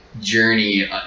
journey